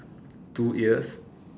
two ears